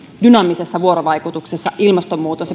dynaamisessa vuorovaikutuksessa ilmastonmuutos